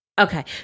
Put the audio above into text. Okay